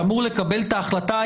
שאמור לקבל את ההחלטה,